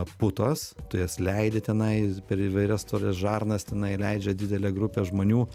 putos tu jas leidi tenai per įvairias storas žarnas tenai leidžia didelė grupė žmonių